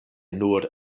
nur